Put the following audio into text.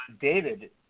David